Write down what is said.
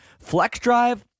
FlexDrive